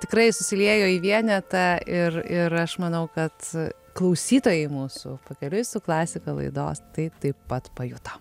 tikrai susiliejo į vienetą ir ir aš manau kad klausytojai mūsų pakeliui su klasika laidos tai taip pat pajuto